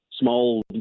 small